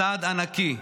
צעד ענקי,